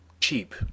cheap